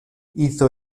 hizo